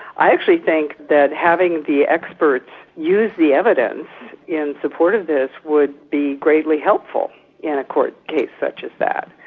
i actually think that having the experts use the evidence in support of this would be greatly helpful in a court case such as that.